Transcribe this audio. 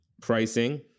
Pricing